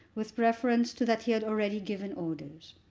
with reference to that he had already given orders.